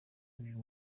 uyu